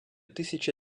тисячі